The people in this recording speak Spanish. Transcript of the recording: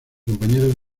compañero